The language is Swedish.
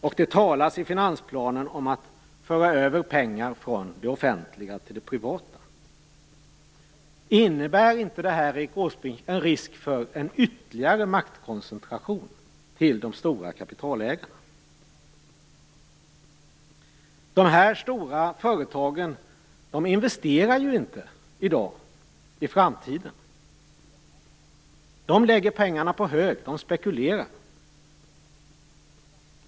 I finansplanen talas det om att föra över pengar från det offentliga till det privata. Innebär inte detta, Erik Åsbrink, en risk för ytterligare maktkoncentration till de stora kapitalägarna? De här stora företagen investerar ju inte i dag i framtiden, utan de lägger pengarna på hög och spekulerar.